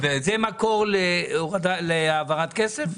זה מקור להעברת כסף?